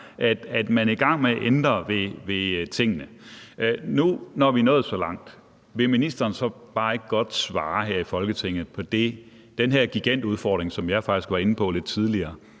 Man er i gang med at ændre ved tingene. Nu, når vi er nået så langt, vil ministeren så ikke bare godt svare her i Folketinget på spørgsmålet om den her gigantudfordring, som jeg faktisk var inde på lidt tidligere.